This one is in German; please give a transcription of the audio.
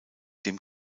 dem